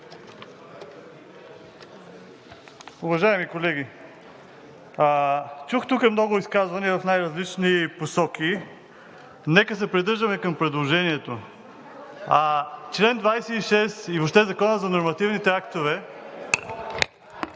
Уважаеми колеги, чух тук много изказвания в най-различни посоки. Нека се придържаме към предложението. Член 26 и въобще Законът за нормативните актове